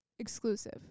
Exclusive